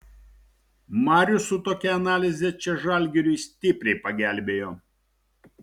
marius su tokia analize čia žalgiriui stipriai pagelbėjo